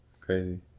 Crazy